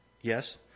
yes